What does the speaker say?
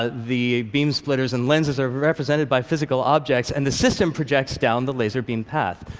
ah the beam splitters and lenses are represented by physical objects, and the system projects down the laser beam path.